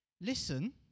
Listen